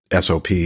SOP